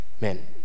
man